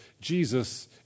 Jesus